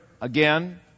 again